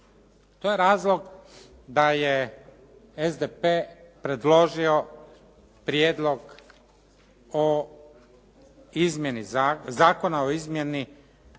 To je razlog da je SDP predložio Prijedlog zakona o izmjeni